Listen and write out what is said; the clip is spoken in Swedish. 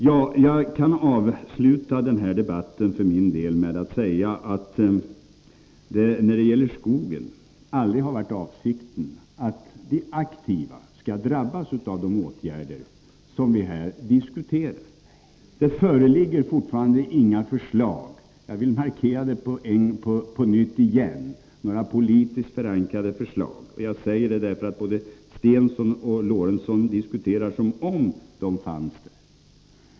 Jag kan för min del avsluta denna debatt genom att säga att när det gäller skogen har det aldrig varit avsikten att de aktiva skall drabbas av de åtgärder vi här diskuterar. Det föreligger fortfarande inget politiskt förankrat förslag. Jag vill markera det på nytt, för både Börje Stensson och Sven Eric Lorentzon diskuterar som om det fanns där.